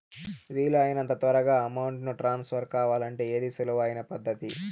వీలు అయినంత తొందరగా అమౌంట్ ను ట్రాన్స్ఫర్ కావాలంటే ఏది సులువు అయిన పద్దతి